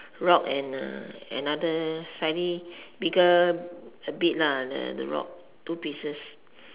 rock and a another slightly bigger a bit lah the rock two pieces